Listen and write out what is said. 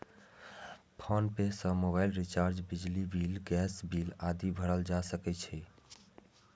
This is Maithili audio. फोनपे सं मोबाइल रिचार्ज, बिजली बिल, गैस बिल आदि भरल जा सकै छै